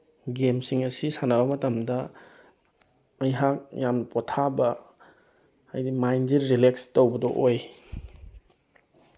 ꯒꯦꯝꯁꯤꯡ ꯑꯁꯤ ꯁꯥꯟꯅꯕ ꯃꯇꯝꯗ ꯑꯩꯍꯥꯛ ꯌꯥꯝ ꯄꯣꯊꯥꯕ ꯍꯥꯏꯗꯤ ꯃꯥꯏꯟꯁꯦ ꯔꯤꯂꯦꯛꯁ ꯇꯧꯕꯗꯣ ꯑꯣꯏ